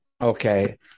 okay